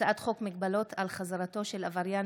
הצעת חוק מגבלות על חזרתו של עבריין